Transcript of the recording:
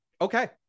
Okay